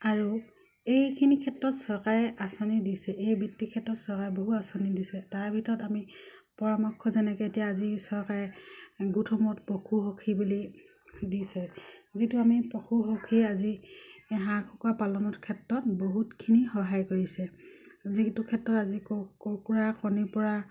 আৰু এইখিনি ক্ষেত্ৰত চৰকাৰে আঁচনি দিছে এই বৃত্তিৰ ক্ষেত্ৰত চৰকাৰে বহু আঁচনি দিছে তাৰ ভিতৰত আমি পৰামৰ্শ যেনেকে এতিয়া আজি চৰকাৰে গোটসমূহত পশু সখী বুলি দিছে যিটো আমি পশু সখী আজি হাঁহ কুকুৰা পালনৰ ক্ষেত্ৰত বহুতখিনি সহায় কৰিছে যিটো ক্ষেত্ৰত আজি কুকুৰা কণী পৰা